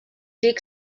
dic